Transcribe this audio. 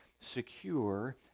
secure